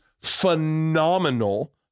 phenomenal